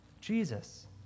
Jesus